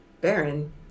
Baron